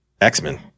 X-Men